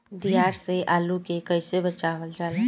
दियार से आलू के कइसे बचावल जाला?